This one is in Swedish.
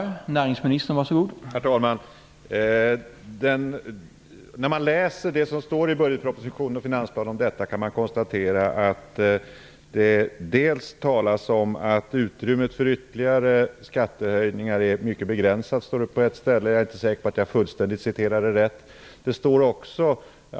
Herr talman! När man läser vad som står om detta i budgetproposition och finansplan kan man konstatera att det bl.a. talas om att utrymmet för ytterligare skattehöjningar är mycket begränsat - jag är inte helt säker på att jag kom ihåg ordalydelsen rätt.